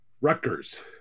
Rutgers